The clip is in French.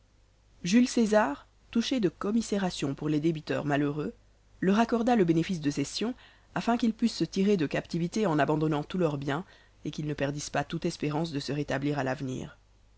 jules césar touché de commisération pour les débiteurs malheureux leur accorda le bénéfice de cession afin qu'ils pussent se tirer de captivité en abandonnant tous leurs biens et qu'ils ne perdissent pas toute espérance de se rétablir à l'avenir